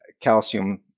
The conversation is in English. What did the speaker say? calcium